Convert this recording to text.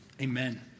Amen